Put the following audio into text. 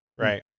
Right